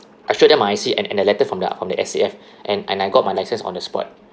I showed them my I_C and a letter from the from the S_A_F and and I got my licence on the spot